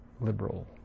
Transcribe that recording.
liberal